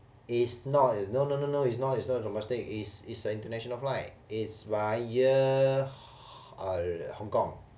is not no no no no it's not it's not domestic it's it's an international flight is via uh hong kong